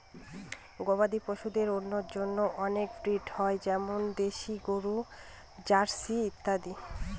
গবাদি পশুদের পন্যের জন্য অনেক ব্রিড হয় যেমন দেশি গরু, জার্সি ইত্যাদি